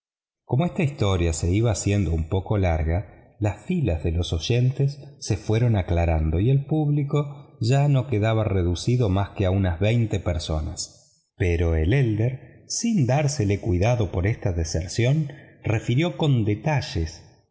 como esta historia se iba haciendo un poco larga las filas de oyentes se fueron aclarando y el público ya no quedaba reducido más que a unas veinte personas pero el hermano mayor sin dársele cuidado por esta deserción refirió con detalles